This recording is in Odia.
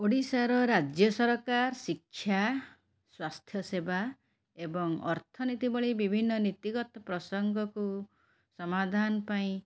ଓଡ଼ିଶାର ରାଜ୍ୟ ସରକାର ଶିକ୍ଷା ସ୍ୱାସ୍ଥ୍ୟସେବା ଏବଂ ଅର୍ଥନୀତି ଭଳି ବିଭିନ୍ନ ନୀତିଗତ ପ୍ରସଙ୍ଗକୁ ସମାଧାନ ପାଇଁ